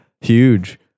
huge